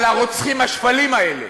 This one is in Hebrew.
על הרוצחים השפלים האלה.